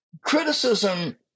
criticism